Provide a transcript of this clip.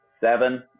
seven